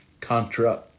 Contra